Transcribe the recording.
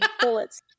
bullets